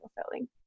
fulfilling